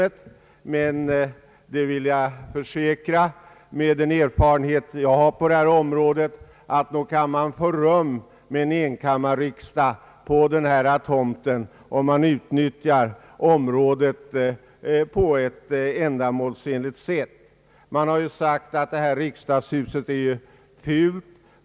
Men med den erfarenhet jag har på detta område vill jag försäkra kammaren att nog kan man få rum med en enkammarriksdag på den nuvarande tomten, om man utnyttjar området på ett ändamålsenligt sätt. Det har sagts att det nuvarande riksdagshuset är fult.